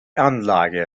anlage